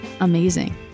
amazing